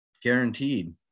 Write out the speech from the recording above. Guaranteed